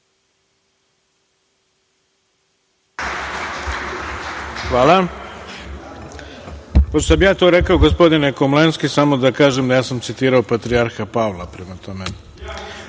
Hvala. Pošto sam ja to rekao, gospodine Komlenski, samo da kažem da sam citirao patrijarha Pavla. On je